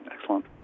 Excellent